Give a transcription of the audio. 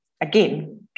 Again